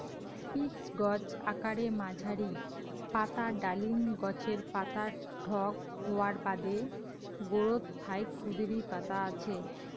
pitch গছ আকারে মাঝারী, পাতা ডালিম গছের পাতার ঢক হওয়ার বাদে গোরোত ফাইক ক্ষুদিরী পাতা আছে